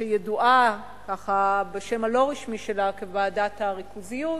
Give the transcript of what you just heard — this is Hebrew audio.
שהיא ידועה בשם הלא-רשמי שלה כ"וועדת הריכוזיות",